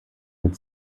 mit